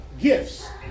Gifts